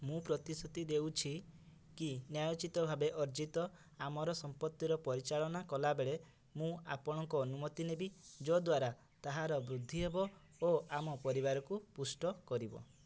ମୁଁ ପ୍ରତିଶ୍ରୁତି ଦେଉଛି କି ନ୍ୟାୟୋଚିତ ଭାବେ ଅର୍ଜିତ ଆମର ସମ୍ପତ୍ତିର ପରିଚାଳନା କଲାବେଳେ ମୁଁ ଆପଣଙ୍କ ଅନୁମତି ନେବି ଯଦ୍ୱାରା ତାହାର ବୃଦ୍ଧି ହେବ ଓ ଆମ ପରିବାରକୁ ପୁଷ୍ଟ କରିବ